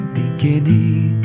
beginning